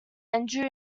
andrew